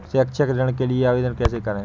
शैक्षिक ऋण के लिए आवेदन कैसे करें?